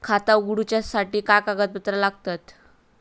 खाता उगडूच्यासाठी काय कागदपत्रा लागतत?